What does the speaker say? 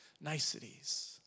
niceties